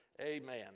Amen